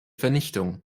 vernichtung